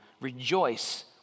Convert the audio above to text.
Rejoice